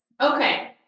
Okay